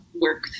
work